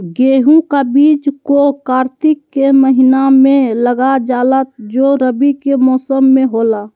गेहूं का बीज को कार्तिक के महीना में लगा जाला जो रवि के मौसम में होला